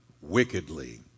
wickedly